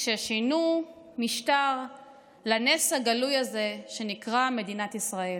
כששינו משטר לנס הגלוי הזה שנקרא מדינת ישראל,